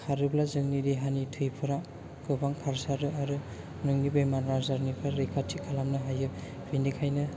खारोबा जोंनि देहानि थैफोरा गोबां खारसारो आरो नोंनि बेमार आजारनिफ्राय रैखाथि खालामनो हायो बेनिखायनो